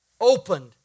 opened